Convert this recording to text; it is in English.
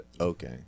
Okay